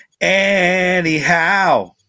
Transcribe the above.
Anyhow